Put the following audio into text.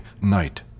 night